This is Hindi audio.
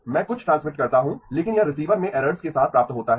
मैं कुछ ट्रांसमिट करता हूं लेकिन यह रिसीवर में एर्रोर्स के साथ प्राप्त होता है